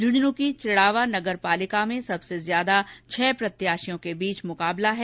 इस्मुनू को चिड़ावा नगर पालिका में सवसे ज्यादा छह प्रत्याशियों के बीच मुकावला है